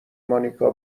مانیکا